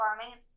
farming